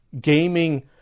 Gaming